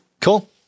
Cool